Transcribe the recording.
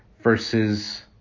versus